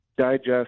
digest